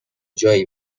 جایی